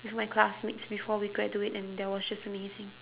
with my classmates before we graduate and that was just amazing